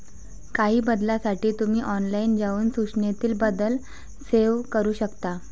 काही बदलांसाठी तुम्ही ऑनलाइन जाऊन सूचनेतील बदल सेव्ह करू शकता